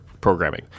programming